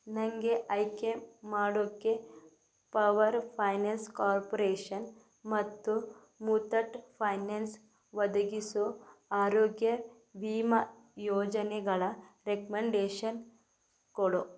ನನಗೆ ಆಯ್ಕೆ ಮಾಡೋಕ್ಕೆ ಪವರ್ ಫೈನಾನ್ಸ್ ಕಾರ್ಪೊರೇಷನ್ ಮತ್ತು ಮುತ್ತೂಟ್ ಫೈನಾನ್ಸ್ ಒದಗಿಸೋ ಆರೋಗ್ಯ ವಿಮಾ ಯೋಜನೆಗಳ ರೆಕ್ಮಂಡೇಷನ್ ಕೊಡು